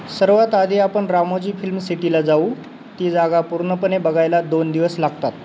सर्वात आधी आपण रामोजी फिल्म सिटीला जाऊ ती जागा पूर्णपणे बघायला दोन दिवस लागतात